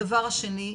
דבר שני,